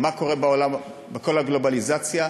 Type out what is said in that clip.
מה קורה בעולם בכל הגלובליזציה,